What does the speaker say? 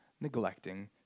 neglecting